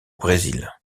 brésil